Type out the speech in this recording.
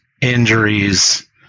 injuries